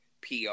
PR